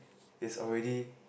is already